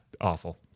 awful